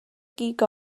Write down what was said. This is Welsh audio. gig